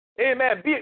Amen